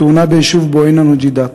בתאונה ביישוב בועיינה-נוג'ידאת,